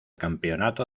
campeonato